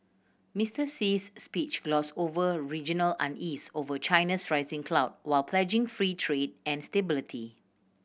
Mister Xi's speech glossed over regional unease over China's rising clout while pledging free trade and stability